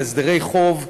הסדרי חוב,